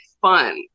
Fun